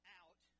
out